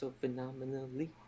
Phenomenally